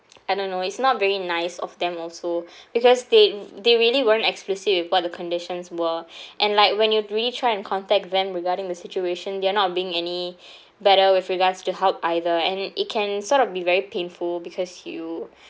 I don't know it's not very nice of them also because they they really weren't explicit with what the conditions were and like when you really try and contact them regarding the situation they're not being any better with regards to help either and it can sort of be very painful because you